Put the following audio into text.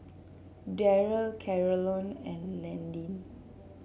Darryl Carolann and Landyn